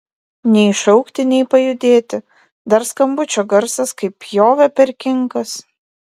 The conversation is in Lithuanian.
nei šaukti nei pajudėti dar skambučio garsas kaip pjovė per kinkas